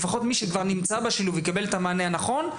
לפחות מי שכבר נמצא בשילוב יקבל את המענה הנכון,